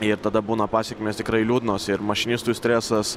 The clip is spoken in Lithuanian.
ir tada būna pasekmės tikrai liūdnos ir mašinistui stresas